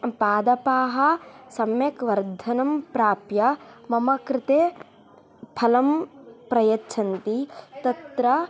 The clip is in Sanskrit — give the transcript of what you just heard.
पादपाः सम्यक् वर्धनं प्राप्य मम कृते फलं प्रयच्छन्ति तत्र